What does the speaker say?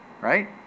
right